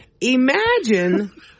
Imagine